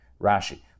Rashi